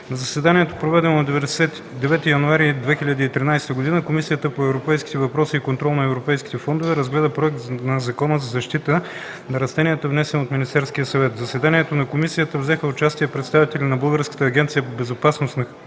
заседанието, проведено на 9 януари 2013 г., Комисията по европейските въпроси и контрол на европейските фондове разгледа Законопроект за защита на растенията, внесен от Министерския съвет. В заседанието на Комисията взеха участие представители на Българска агенция по безопасност на храните